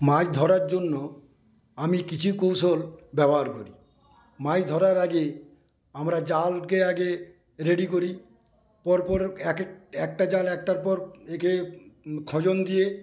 মাছধরার জন্য আমি কিছু কৌশল ব্যবহার করি মাছ ধরার আগে আমরা জালকে আগে রেডি করি পরপর একটা জাল একটার পর রেখে খজন দিয়ে